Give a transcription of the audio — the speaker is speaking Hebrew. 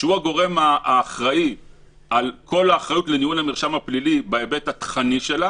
והוא הגורם האחראי על כל האחריות לניהול המרשם הפלילי בהיבט התוכני שלו